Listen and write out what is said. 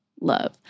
love